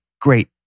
great